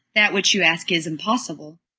that which you ask is impossible.